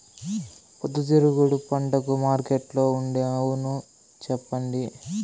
పొద్దుతిరుగుడు పంటకు మార్కెట్లో ఉండే అవును చెప్పండి?